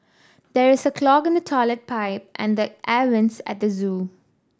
there is a clog in the toilet pipe and the air vents at the zoo